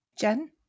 Jen